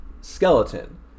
skeleton